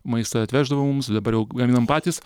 maistą atveždavo mums dabar jau gaminam patys